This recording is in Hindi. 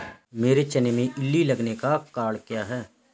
मेरे चने में इल्ली लगने का कारण क्या है?